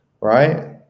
Right